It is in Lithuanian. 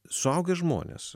suaugę žmonės